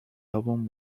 album